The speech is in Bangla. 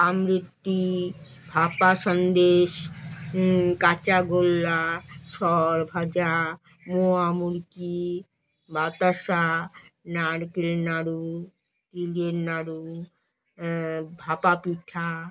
অমৃতি ভাপা সন্দেশ কাঁচা গোল্লা শরভাজা মোয়া মুড়কি বাতাসা নারকেল নাড়ু তিলের নাড়ু ভাপা পিঠা